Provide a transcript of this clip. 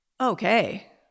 okay